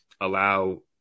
allow